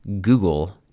Google